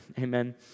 Amen